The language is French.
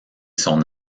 son